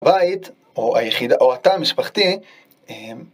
הבית, או היחיד... או התא המשפחתי, אה..